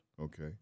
Okay